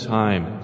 time